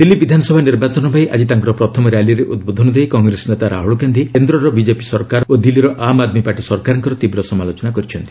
ଦିଲ୍ଲୀ ବିଧାନସଭା ନିର୍ବାଚନ ପାଇଁ ଆଜି ତାଙ୍କର ପ୍ରଥମ ର୍ୟାଲିରେ ଉଦ୍ବୋଧନ ଦେଇ କଂଗ୍ରେସ ନେତା ରାହୁଲ ଗାନ୍ଧି କେନ୍ଦ୍ରରର ବିଜେପି ସରକାର ଓ ଦିଲ୍ଲୀର ଆମ ଆଦମୀ ପାର୍ଟି ସରକାରଙ୍କର ତୀବ୍ର ସମାଲୋଚନା କରିଛନ୍ତି